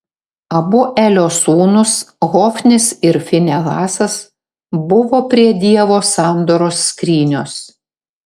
abu elio sūnūs hofnis ir finehasas buvo prie dievo sandoros skrynios